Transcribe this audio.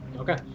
Okay